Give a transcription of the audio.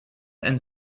and